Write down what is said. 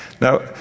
Now